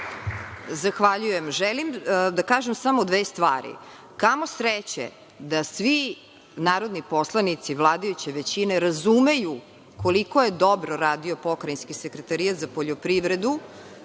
Zahvaljujem. Želim da kažem samo dve stvari. Kamo sreće da svi narodni poslanici vladajuće većine razumeju koliko je dobro radio Pokrajinski sekretarijat za poljoprivredu,